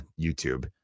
YouTube